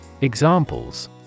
Examples